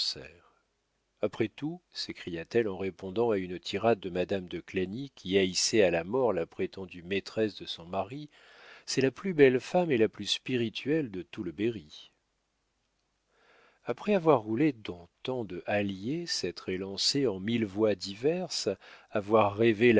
après tout s'écria-t-elle en répondant à une tirade de madame de clagny qui haïssait à la mort la prétendue maîtresse de son mari c'est la plus belle femme et la plus spirituelle de tout le berry après avoir roulé dans tant de halliers s'être élancée en mille voies diverses avoir rêvé